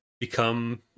become